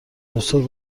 موسی